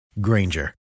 Granger